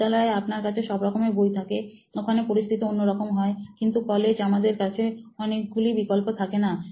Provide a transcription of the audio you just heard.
বিদ্যালয় আপনার কাছে সব রকম বই থাকে ওখানে পরিস্থিতি অন্যরকম হয় কিন্তু কলেজে আমাদের কাছে অনেকগুলি বিকল্প থাকে না